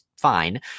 fine